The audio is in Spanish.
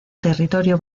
territorio